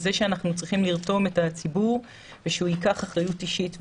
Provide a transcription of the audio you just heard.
והוא שאנחנו צריכים לרתום את הציבור ושהוא ייקח אחריות אישית.